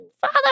father